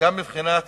וגם מבחינת